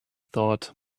thought